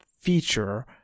feature